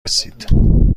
رسید